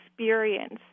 experience